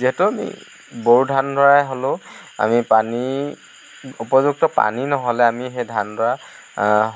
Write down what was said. যিহেতু আমি বড়ো ধানডৰা হ'লেও আমি পানী উপযুক্ত পানী নহ'লে আমি সেই ধানডৰা